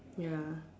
ya